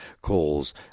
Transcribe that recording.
calls